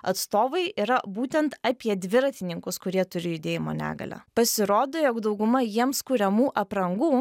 atstovai yra būtent apie dviratininkus kurie turi judėjimo negalią pasirodo jog dauguma jiems kuriamų aprangų